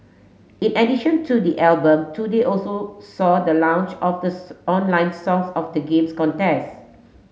in addition to the album today also saw the launch of this online Songs of the Games contest